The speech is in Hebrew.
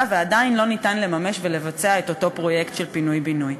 ועדיין לא ניתן לממש ולבצע את אותו פרויקט של פינוי-בינוי.